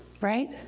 right